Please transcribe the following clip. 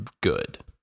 good